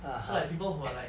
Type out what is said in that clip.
so like people who are like